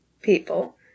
people